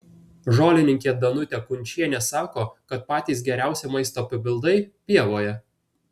žolininkė danutė kunčienė sako kad patys geriausi maisto papildai pievoje